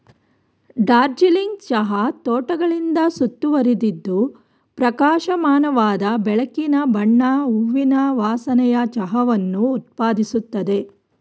ಡಾರ್ಜಿಲಿಂಗ್ ಚಹಾ ತೋಟಗಳಿಂದ ಸುತ್ತುವರಿದಿದ್ದು ಪ್ರಕಾಶಮಾನವಾದ ಬೆಳಕಿನ ಬಣ್ಣ ಹೂವಿನ ವಾಸನೆಯ ಚಹಾವನ್ನು ಉತ್ಪಾದಿಸುತ್ತದೆ